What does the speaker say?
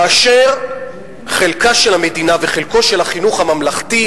כאשר חלקה של המדינה וחלקו של החינוך הממלכתי,